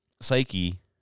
psyche